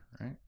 right